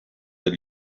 that